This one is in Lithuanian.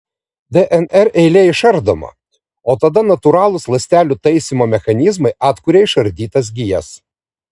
dnr eilė išardoma o tada natūralūs ląstelių taisymo mechanizmai atkuria išardytas gijas